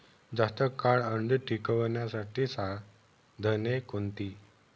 जास्त काळ अंडी टिकवण्यासाठी साधने कोणती?